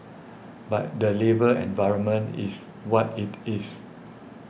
but the labour environment is what it is